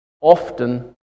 often